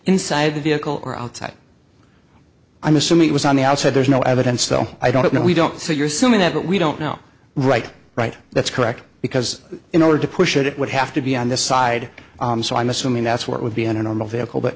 inside the vehicle or outside i'm assuming it was on the outside there's no evidence though i don't know we don't figure assuming that but we don't know right right that's correct because in order to push it it would have to be on the side so i'm assuming that's what would be in a normal vehicle but